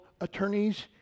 attorneys